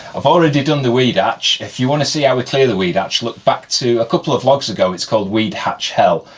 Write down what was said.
i've already done the weed ah hatch. if you want to see how a clear the weed hatch, look back to a couple of vlogs ago, it's called weed hatch hell,